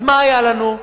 אז מה היה לנו?